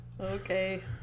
Okay